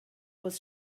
was